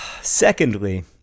Secondly